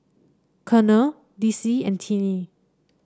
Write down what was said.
Colonel Dicy and Tinnie